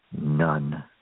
None